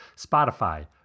Spotify